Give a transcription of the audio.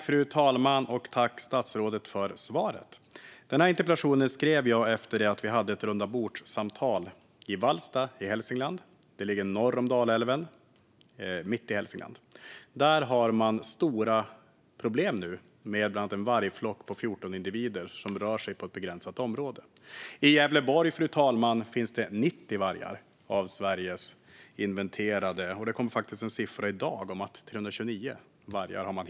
Fru talman! Jag tackar statsrådet för svaret. Denna interpellation skrev jag efter att vi hade haft ett rundabordssamtal i Vallsta i Hälsingland. Det ligger norr om Dalälven, mitt i Hälsingland. Där har man stora problem nu med bland annat en vargflock på 14 individer som rör sig på ett begränsat område. Fru talman! I Gävleborg finns 90 av Sveriges inventerade vargar. Det kom faktiskt en siffra i dag om att man har hittat 329 vargar.